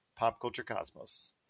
PopCultureCosmos